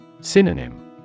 Synonym